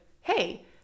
hey